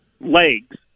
legs